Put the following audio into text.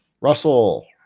Russell